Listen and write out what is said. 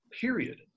period